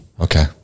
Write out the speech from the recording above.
Okay